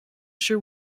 sure